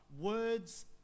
Words